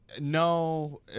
No